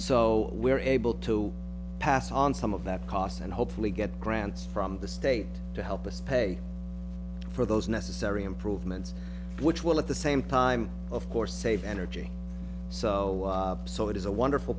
so we're able to pass on some of that cost and hopefully get grants from the state to help us pay for those necessary improvements which will at the same time of course save energy so so it is a wonderful